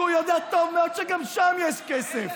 כי הוא יודע טוב מאוד שגם שם יש כסף.